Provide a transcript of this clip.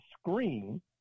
screen